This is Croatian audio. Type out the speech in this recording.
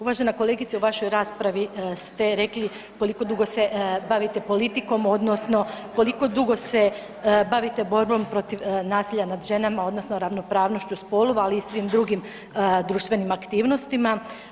Uvažena kolegice u vašoj raspravi ste rekli koliko dugo se bavite politikom odnosno koliko dugo se bavite borbom protiv nasilja nad ženama odnosno ravnopravnošću spolova ali i svim drugim društvenim aktivnostima.